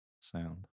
sound